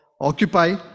occupy